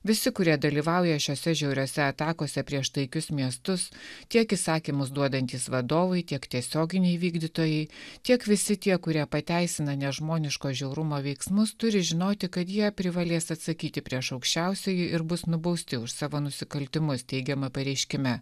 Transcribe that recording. visi kurie dalyvauja šiose žiauriose atakose prieš taikius miestus tiek įsakymus duodantys vadovai tiek tiesioginiai vykdytojai tiek visi tie kurie pateisina nežmoniško žiaurumo veiksmus turi žinoti kad jie privalės atsakyti prieš aukščiausiąjį ir bus nubausti už savo nusikaltimus teigiama pareiškime